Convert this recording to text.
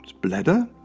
bladder,